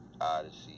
Odyssey